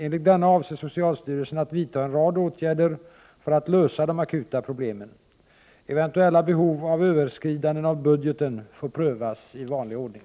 Enligt denna avser socialstyrelsen att vidta en rad åtgärder för att lösa de akuta problemen. Eventuella behov av överskridanden av budgeten får prövas i vanlig ordning.